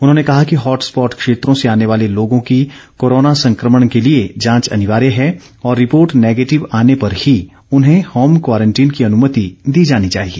उन्होंने कहा कि हॉटस्पॉट क्षेत्रों से आने वाले लोगों की कोरोना संक्रमण के लिए जांच अनिवार्य है और रिपोर्ट नेगेटिव आने पर ही उन्हें होम क्वारंटीन की अनुमति दी जानी चाहिए